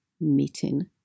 meeting